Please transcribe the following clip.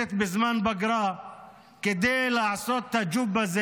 הכנסת בזמן פגרה כדי לעשות את הג'וב הזה